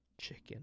chicken